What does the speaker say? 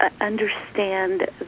understand